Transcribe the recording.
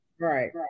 Right